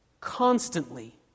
constantly